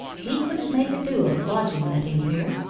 he couldn't make a do of lodging-letting here,